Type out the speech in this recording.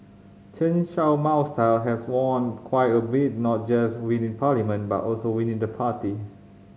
Chen Show Mao's style has waned quite a bit not just within parliament but also within the party